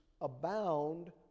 abound